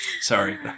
sorry